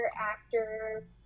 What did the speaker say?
actor